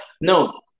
no